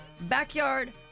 backyard